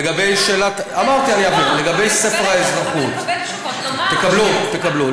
לגבי ספר האזרחות, אבל לקבל תשובות, תקבלו, תקבלו.